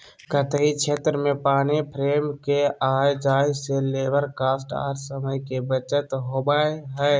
कताई क्षेत्र में पानी फ्रेम के आय जाय से लेबर कॉस्ट आर समय के बचत होबय हय